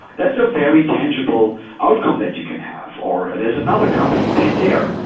that's a very tangible outcome that you can have, or there's another company, pentair.